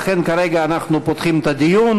לכן כרגע אנחנו פותחים את הדיון,